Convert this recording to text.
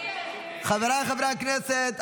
חבריי חברי הכנסת,